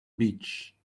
beach